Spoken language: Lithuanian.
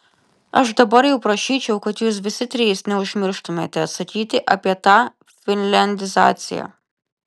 aš dabar jau prašyčiau kad jūs visi trys neužmirštumėte atsakyti apie tą finliandizaciją